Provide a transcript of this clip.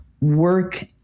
work